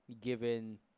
given